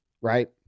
Right